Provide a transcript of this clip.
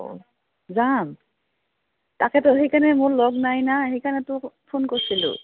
অঁ যাম তাকেতো সেইকাৰণে মোৰ লগ নাই না সেইকাৰণেতো ফোন কৰিছিলোঁ